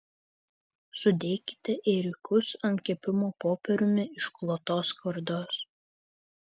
sudėkite ėriukus ant kepimo popieriumi išklotos skardos